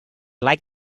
like